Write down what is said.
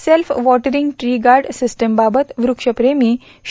self watering tree guard सिस्टीमबाबत वृक्षप्रेमी श्री